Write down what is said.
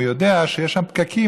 הוא יודע שיש שם פקקים,